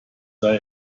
sah